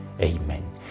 Amen